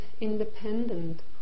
independent